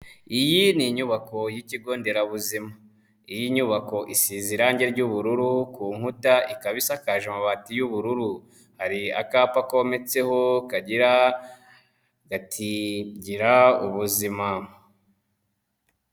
Iyi ni inyubako y'ikigo nderabuzima, iyi nyubako isize irange ry'ubururu ku nkuta, ikaba isakaje amabati y'ubururu, hari akapa kometseho kagira gati "girubuzima."